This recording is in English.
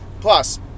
Plus